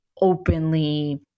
openly